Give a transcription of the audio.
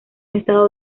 estado